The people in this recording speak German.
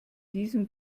diesem